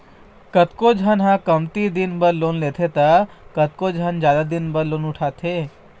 कतको झन ह कमती दिन बर लोन लेथे त कतको झन जादा दिन बर लोन उठाथे